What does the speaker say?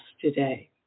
today